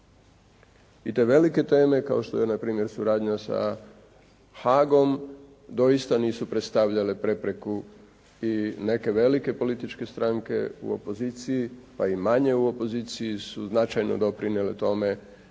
I te velike teme kao što je na primjer suradnja sa Haagom doista nisu predstavljale prepreku i neke velike političke stranke u opoziciji, pa i manje u opoziciji su značajno doprinijele tome